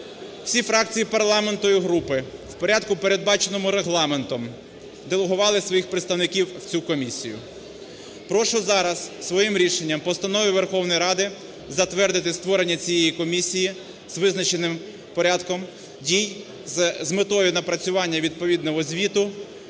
Всі фракції парламенту і групи в порядку, передбаченому Регламентом, делегували своїх представників в цю комісію. Прошу зараз своїм рішенням, постановою Верховної Ради, затвердити створення цієї комісії з визначеним порядком дій, з метою напрацювання відповідного звіту,